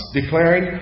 declaring